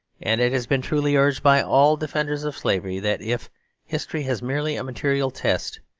and it has been truly urged by all defenders of slavery that, if history has merely a material test,